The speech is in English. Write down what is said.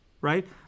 right